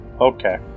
Okay